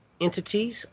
entities